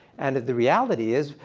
and the reality is,